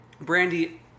Brandy